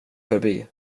förbi